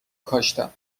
کاشتم